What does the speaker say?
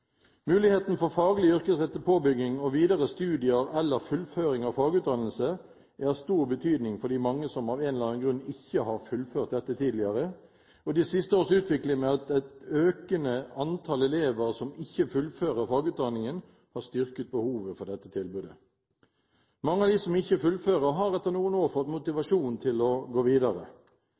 Muligheten for faglig yrkesrettet påbygging og videre studier eller fullføring av fagutdannelse er av stor betydning for de mange som av en eller annen grunn ikke har fullført dette tidligere, og de siste års utvikling med et økende antall elever som ikke fullfører fagutdanningen, har styrket behovet for dette tilbudet. Mange av dem som ikke fullfører, har etter noen år fått motivasjon til å gå videre.